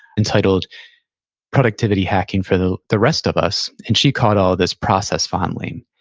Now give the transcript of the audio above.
entitled productivity hacking for the the rest of us, and she called all this process fondling.